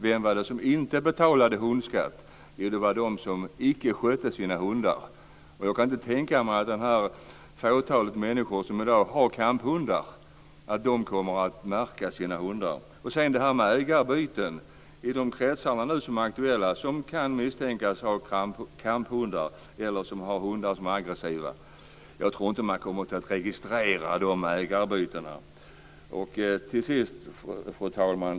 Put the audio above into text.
Vem var det som inte betalade hundskatt? Jo, det var de som icke skötte sina hundar. Jag kan inte tänka mig att det fåtal människor som i dag har kamphundar kommer att låta märka sina hundar. Dessutom har vi det här med ägarbyten och de kretsar som nu är aktuella och där det kan misstänkas att man har kamphundar eller hundar som är aggressiva. Jag tror inte att de ägarbytena kommer att registreras.